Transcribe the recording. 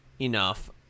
enough